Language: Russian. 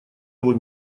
его